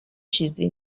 چیزی